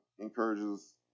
encourages